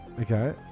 Okay